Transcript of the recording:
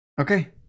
Okay